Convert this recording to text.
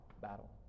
battle